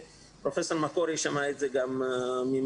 ופרופסור מקורי שמע את זה גם ממני.